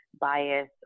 bias